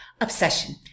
Obsession